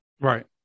Right